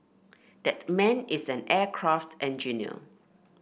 that man is an aircraft engineer